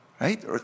right